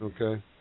Okay